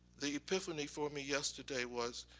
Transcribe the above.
the epiphany for me yesterday was,